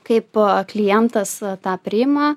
kaip klientas tą priima